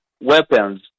weapons